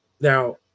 Now